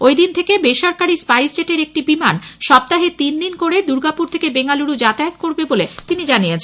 ঐ দিন থেকে বেসরকারি স্পাইস জেটের একটি বিমান সপ্তাহে তিন দিন করে দূর্গাপুর থেকে বেঙ্গালুরু যাতায়াত করবে বলে তিনি জানিয়েছেন